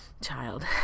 child